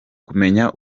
kumenya